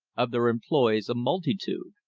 of their employees a multitude.